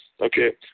okay